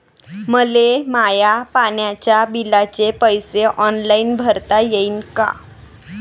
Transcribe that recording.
मले माया पाण्याच्या बिलाचे पैसे ऑनलाईन भरता येईन का?